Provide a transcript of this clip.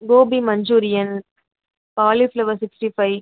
Gopi manchurian cauliflower sixty five